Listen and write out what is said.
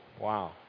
Wow